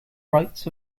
rights